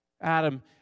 Adam